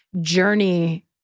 journey